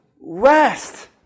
rest